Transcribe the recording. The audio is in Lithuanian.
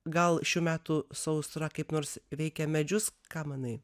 gal šių metų sausra kaip nors veikia medžius ką manai